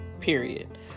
period